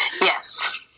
Yes